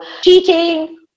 cheating